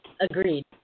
Agreed